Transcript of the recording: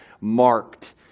marked